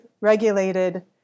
regulated